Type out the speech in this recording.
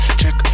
check